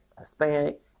Hispanic